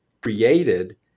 created